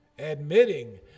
Admitting